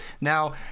Now